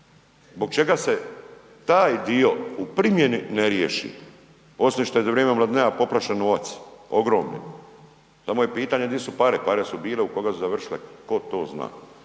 Zbog čega se taj dio u primjeni ne riješi osim što je za vrijeme Mladinea poprašen novac, ogromni, samo je pitanje di su pare, pare su bile, u koga su završile, tko to zna.